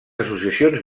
associacions